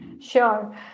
Sure